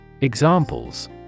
Examples